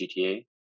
GTA